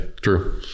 true